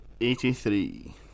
Eighty-three